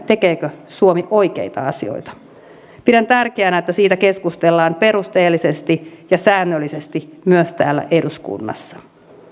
tekeekö suomi oikeita asioita pidän tärkeänä että siitä keskustellaan perusteellisesti ja säännöllisesti myös täällä eduskunnassa